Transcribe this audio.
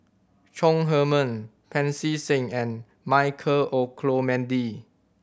Chong Heman Pancy Seng and Michael Olcomendy